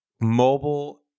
Mobile